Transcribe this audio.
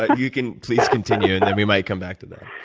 ah you can please continue and then we might come back to that.